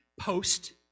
post